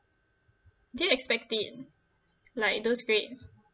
did you expect it like those grades